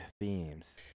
themes